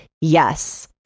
Yes